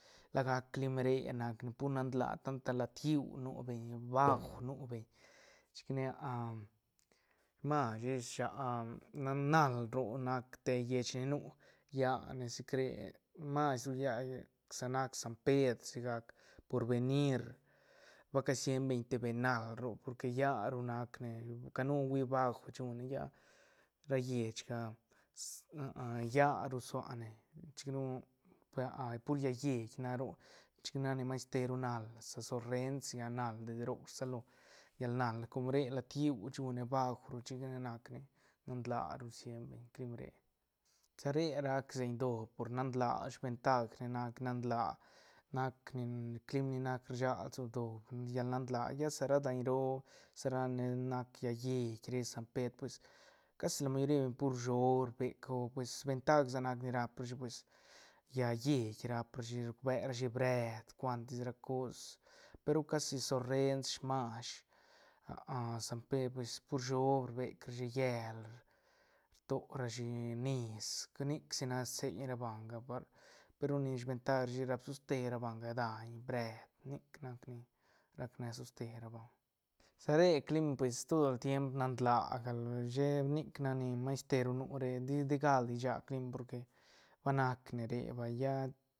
La gac clim re nac ne pur nan laa tanta lat lliú nu beñ bauj nu beñ chic ne smash ish na- nal roc nac te lleich ni nu lla nesicre mas ru lla- lla sa nac san pedr si gac por benir va casieñ beñ te bee nal roc porque lla ru nacne canu hui bauj shune ya ra lleichga lla ru suane chic ru a a pur llaä lleit nac roc chic nac ni mas teru nal sol rens sigac nal desde roc rsalo llal nal com re lat lliú shune bauj ru chica ne nac ne nan la ru siempr clim re sa re rac seiñ doob por nan laa sventag ne nac nan laa nac nac ni clim rsag lso doob llal nan laa ya sa ra daiñ roo sa ra ne nac llaä lleit re san pedr pues casi la mayori beñ pur shob rbec o pues ventag sa nac ni rap rashi pues llaä lleit rap rashi rbe rashi breed cuantis ra cos pe ru casi sol rens smash san predr pues pur shob rbec rashi llel rto rashi niis nic si nac seiñ ra banga par pe ru nic sventag rashi rap toste ra banga daiñ breed nic nac ni rac ne soste ra banga sa re clim pues todo el tiemp nan laa gal she nic nac ni mas teru nu re ti- ti galdi shia clim porque va nac ne re vay ya.